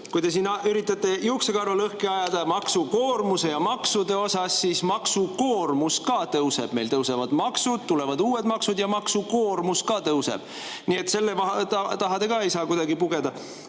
kui te siin üritate juuksekarva lõhki ajada maksukoormuse ja maksude osas, siis maksukoormus ka tõuseb. Meil tõusevad maksud, tulevad uued maksud ja maksukoormus ka tõuseb. Nii et selle taha te ka ei saa kuidagi pugeda. Mina